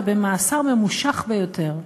ובמאסר ממושך ביותר.